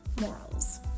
morals